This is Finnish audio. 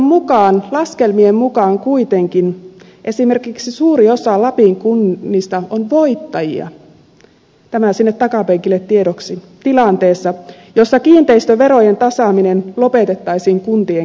kuntaliiton laskelmien mukaan kuitenkin esimerkiksi suuri osa lapin kunnista on voittajia tämä sinne takapenkille tiedoksi tilanteessa jossa kiinteistöverojen tasaaminen lopetettaisiin kuntien kesken